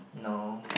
no